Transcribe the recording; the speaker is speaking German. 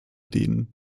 denen